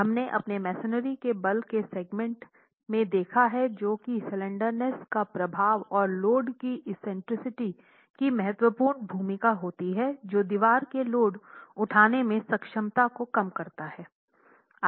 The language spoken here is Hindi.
हमने अपने मेसनरी के बल के सेगमेंट में देखा है जो कि स्लैंडरनेस का प्रभाव और लोड की एक्सेंट्रिसिटी की महत्वपूर्ण भूमिका होती है जो दीवार के लोड उठाने की क्षमता को कम करता हैं